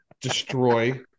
destroy